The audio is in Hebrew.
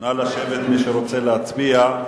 נא לשבת, מי שרוצה להצביע.